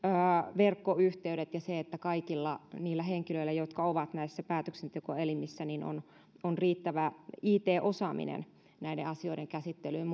verkkoyhteydet ja se että kaikilla niillä henkilöillä jotka ovat näissä päätöksentekoelimissä on on riittävä it osaaminen näiden asioiden käsittelyyn